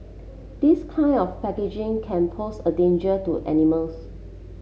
this kind of packaging can pose a danger to animals